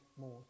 more